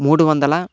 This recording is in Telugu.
మూడు వందల